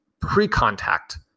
pre-contact